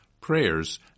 prayers